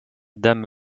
dame